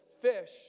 fish